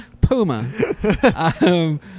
Puma